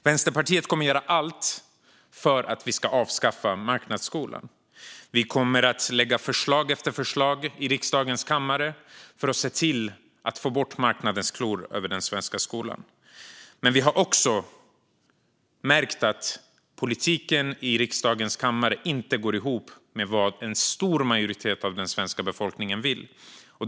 Vänsterpartiet kommer att göra allt för att avskaffa marknadsskolan. Vi kommer att lägga förslag efter förslag i riksdagens kammare för att få bort marknadens klor från den svenska skolan. Men vi har också märkt att politiken i riksdagen inte går ihop med vad en stor majoritet av den svenska befolkningen vill.